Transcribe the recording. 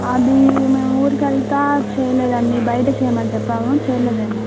అది మేము ఊరికెళ్తా చేయలేదండి బయట చేయమని చెప్పాము చేయలేదేమో